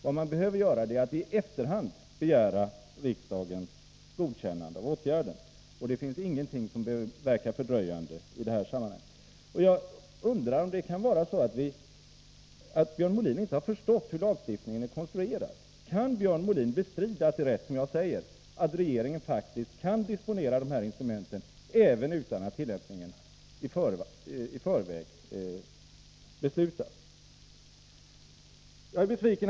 Vad man behöver göra är att i efterhand begära riksdagens godkännande för åtgärden. Det finns ingenting som behöver verka fördröjande i detta sammanhang. Jag undrar om det kan vara så, att Björn Molin inte har förstått hur lagstiftningen är konstruerad. Kan Björn Molin bestrida att det är rätt som jag säger, att regeringen faktiskt kan disponera de här instrumenten även utan att riksdagen i förväg har beslutat om tillämpningen?